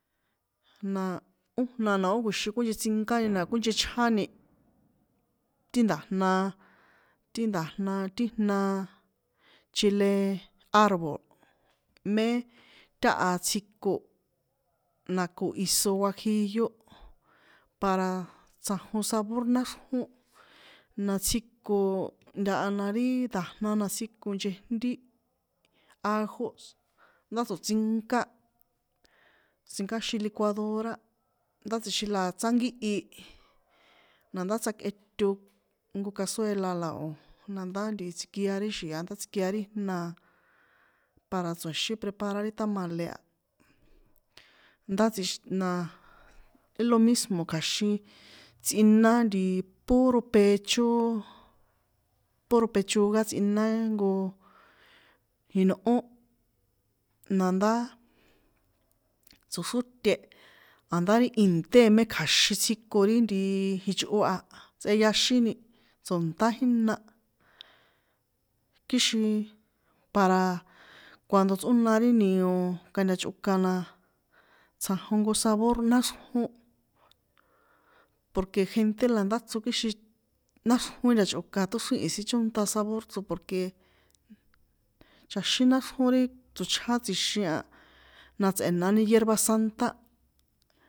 Na ó jna na ó kjuixiin kuínchetsinkáni na ó kjuixin kuínchechjáni, ti nda̱jna ti nda̱jna ti jna, chile árbol, mé táha tsjiko na ko iso juagillo para tsjanjon sabor náxrjón na tsjiko ntaha na ri ndajna na tsjiko nchejnti, ajos, ndá tso̱tsinká, tsinkáxin licuadora, ndá tsjixin la tsánkíhi, nandá tsakꞌeto nko casuéla la o̱ nandá tsjikia ri xi̱a ndá tsikia ri jna para tsoexín prepar ti tamale a, ndă tsjix na élo mismo kja̱xin tsꞌiná puro pecho, puro pechuga tsꞌina nko jinꞌó nandá, tsoxróte, a̱ndá ri ìnte̱ a mé kja̱xin tsjiko ri ichꞌo a tsꞌeyaxíni to̱nṭá jína, kixin para cuando tsꞌóna ri nio kantachꞌokan la tsjanjon nko sabor náxrjón porque gente landachro kixin náxrjón ntachꞌokan ṭóxríhi̱n sin chónṭa sabor chro porque chaxín ri tsochján tsjixin a, na tsꞌe̱nani hierba santa.